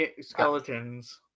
skeletons